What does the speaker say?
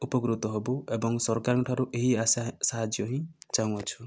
ଉପକୃତ ହେବୁ ଏବଂ ସରକାରଙ୍କଠୁ ଏହି ଆଶା ସାହାଯ୍ୟ ହିଁ ଚାହୁଁ ଅଛୁ